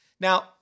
Now